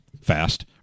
fast